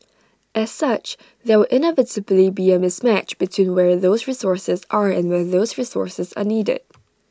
as such there will inevitably be A mismatch between where those resources are and where those resources are needed